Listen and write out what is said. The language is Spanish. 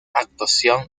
actuación